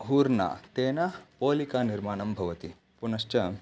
हूर्न तेन पोलिक निर्माणं भवति पुनश्च